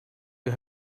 you